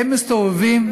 מסתובבים,